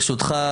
ברשותך,